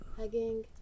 hugging